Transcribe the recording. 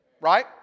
Right